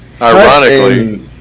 Ironically